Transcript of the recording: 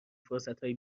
فرصتهای